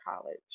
college